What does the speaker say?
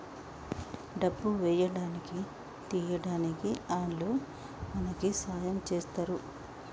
డబ్బు వేయడానికి తీయడానికి ఆల్లు మనకి సాయం చేస్తరు